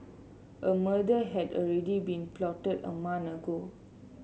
a murder had already been plotted a month ago